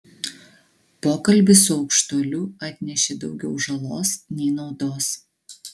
pokalbis su aukštuoliu atnešė daugiau žalos nei naudos